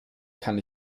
kann